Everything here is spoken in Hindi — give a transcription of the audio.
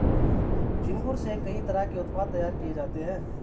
झींगुर से कई तरह के उत्पाद तैयार किये जाते है